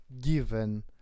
given